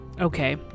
Okay